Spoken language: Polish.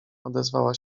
odezwała